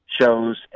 shows